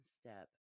step